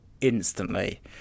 instantly